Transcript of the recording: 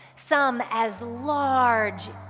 some as large